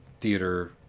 theater